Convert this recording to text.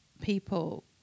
people